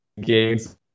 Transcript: games